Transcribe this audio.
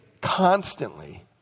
constantly